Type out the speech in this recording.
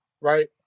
Right